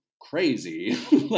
crazy